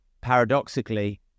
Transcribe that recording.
paradoxically